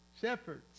Shepherds